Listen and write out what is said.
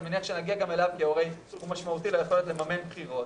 אני מניח שנגיע גם אליו כי הוא משמעותי ליכולת לממן בחירות